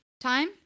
time